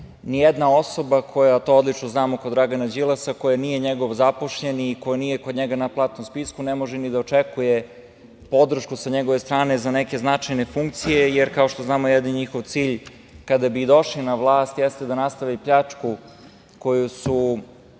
Ni jedna osoba, to odlično znamo, kod Dragana Đilasa koja nije njegov zaposleni i koja nije kod njega na platnom spisku ne može ni da očekuje podršku sa njegove strane za neke značajne funkcije, jer kao što znamo jedini njihov cilj kada bi i došli na vlast jeste da nastave pljačku koju su